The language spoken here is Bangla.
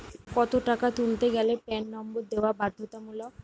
কত টাকা তুলতে গেলে প্যান নম্বর দেওয়া বাধ্যতামূলক?